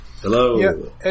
Hello